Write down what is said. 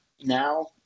now